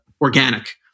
organic